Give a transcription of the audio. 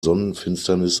sonnenfinsternis